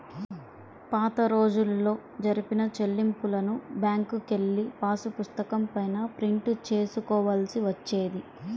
పాతరోజుల్లో జరిపిన చెల్లింపులను బ్యేంకుకెళ్ళి పాసుపుస్తకం పైన ప్రింట్ చేసుకోవాల్సి వచ్చేది